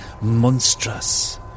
monstrous